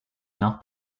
nord